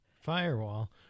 firewall